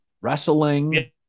wrestling